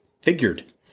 figured